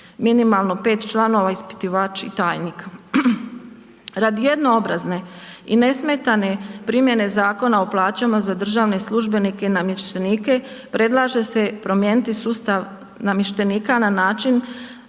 minimalno 5 članova, ispitivač i tajnik. Radi jednoobrazne i nesmetane primjene Zakona o plaćama za državne službenike i namještenike predlaže se promijeniti sustav namještenika na način